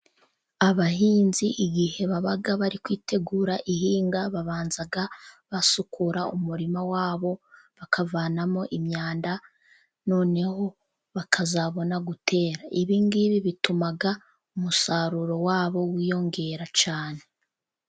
Abahinzi, igihe baba bari kwitegura ihinga babanza basukura umurima wabo, bakavanamo imyanda noneho bakazabona gutera, ibingibi bituma umusaruro wabo wiyongera cyane.